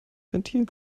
ventil